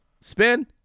spin